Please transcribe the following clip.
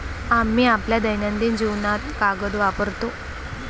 आम्ही आपल्या दैनंदिन जीवनात कागद वापरतो